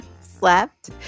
slept